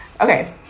Okay